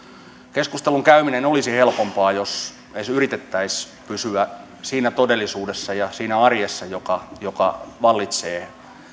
keskustelun käyminen olisi helpompaa jos edes yritettäisiin pysyä siinä todellisuudessa ja siinä arjessa joka joka vallitsee